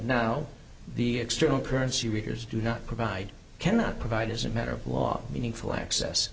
now the external currency readers do not provide cannot provide as a matter of law meaningful access